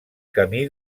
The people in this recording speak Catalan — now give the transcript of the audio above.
camí